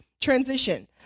transition